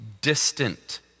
distant